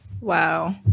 Wow